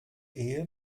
ehe